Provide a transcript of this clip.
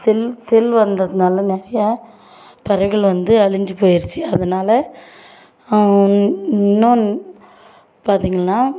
செல் cell வந்ததனால் நிறையா பறவைகள் வந்து அழிந்து போயிருச்சு அதனால் இன் இன்னும் பார்த்தீங்கள்னா